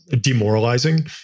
demoralizing